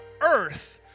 earth